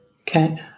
Okay